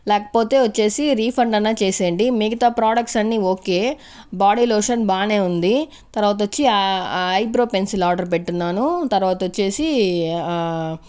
లేకపోతే వచ్చేసి రిఫండ్ అన్న చేసేయండి మిగతా ప్రాడక్ట్స్ అన్నీ ఓకే బాడీ లోషన్ బాగానే ఉంది తర్వాత వచ్చి ఆ ఆ ఐబ్రో పెన్సిల్ ఆర్డర్ పెట్టున్నాను తర్వాత వచ్చేసి ఆ